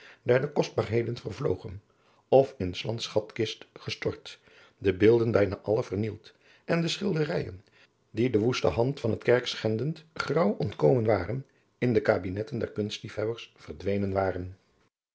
loosjes pzn het leven van maurits lijnslager vlogen of in s lands schaikist gestort de beelden bijna alle vernield en de schilderijen die de woeste hand van het kerkschendend graauw ontkomen waren in de kabinetten der kunstliefhebbers verdwenen waren